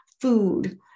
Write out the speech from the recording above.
food